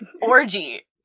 orgy